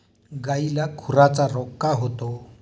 गायीला खुराचा रोग का होतो?